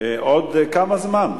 עוד כמה זמן?